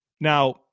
Now